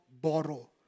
borrow